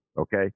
okay